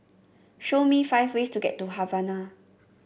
show me five ways to get to Havana